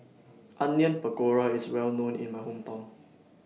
Onion Pakora IS Well known in My Hometown